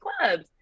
clubs